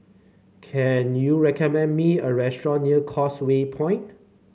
can you recommend me a restaurant near Causeway Point